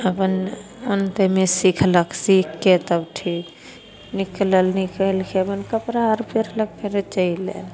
अपन अन्तमे सीखलक सीखके तब ठीक निकलल निकलिके अपन कपड़ा आर पहिरलक फेर चलि आयल